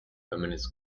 feminist